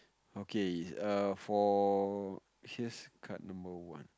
okay err for here's card number one